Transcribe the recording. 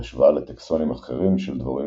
בהשוואה לטקסונים אחרים של דבורים